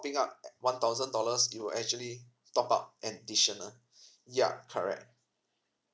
up one thousand dollars you're actually top up additional yeah correct